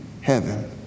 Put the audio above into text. heaven